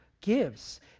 gives